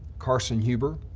carson huber,